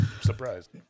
surprised